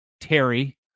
Terry